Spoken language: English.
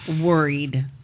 worried